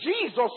Jesus